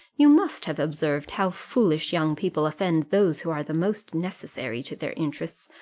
you must have observed how foolish young people offend those who are the most necessary to their interests,